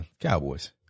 Cowboys